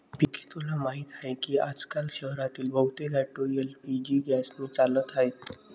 पिंकी तुला माहीत आहे की आजकाल शहरातील बहुतेक ऑटो एल.पी.जी गॅसने चालत आहेत